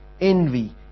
envy